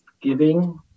giving